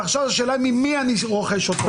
ועכשיו השאלה ממי אני רוכש אותו.